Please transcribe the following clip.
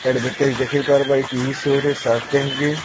advertise ଦେଖେଇ ପାର୍ବା ଇ ଟିଭି ସୋ'ରେ ସାର୍କ ଟ୍ୟାଙ୍କରେ